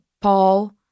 Paul